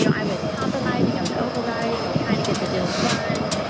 yeah i was compromising. i was overriding, i was trying to get the deals done,